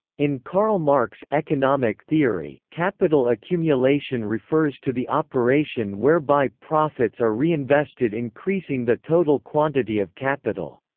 in karl marx' economic theory, capital accumulation refers to the operation whereby profits are reinvested increasing the total quantity of capital.